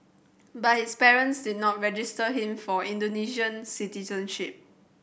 but his parents did not register him for Indonesian citizenship